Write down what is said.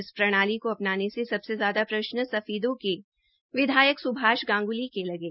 इस प्रणाली को अपनाने से सबसे ज्यादा प्रश्न सफीदों के विधायक सुभाष गांग्ली के लगे